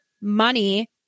money